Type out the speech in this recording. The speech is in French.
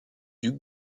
ducs